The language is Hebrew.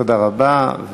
תודה רבה.